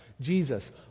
Jesus